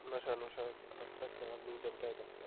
नशा नुशा आस्तै ख्याल नेईं जंदा ऐ जागतां दा